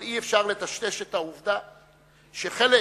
אבל אי-אפשר לטשטש את העובדה שחלק,